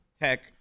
tech